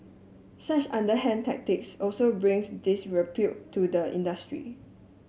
such underhand tactics also brings this disrepute to the industry